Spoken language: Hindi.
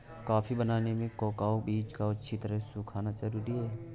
कॉफी बनाने में कोकोआ बीज का अच्छी तरह सुखना जरूरी है